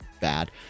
bad